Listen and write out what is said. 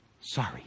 Sorry